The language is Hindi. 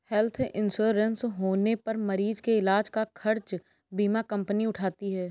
हेल्थ इंश्योरेंस होने पर मरीज के इलाज का खर्च बीमा कंपनी उठाती है